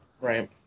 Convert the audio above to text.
Right